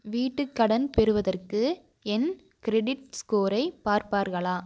வீட்டுக் கடன் பெறுவதற்கு என் க்ரெடிட் ஸ்கோரை பார்ப்பார்களா